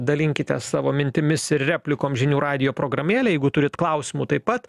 dalinkitės savo mintimis ir replikom žinių radijo programėlėj jeigu turite klausimų taip pat